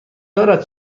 دارد